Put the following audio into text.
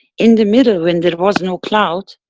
in the middle when there was no cloud,